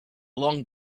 long